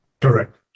Correct